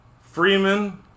Freeman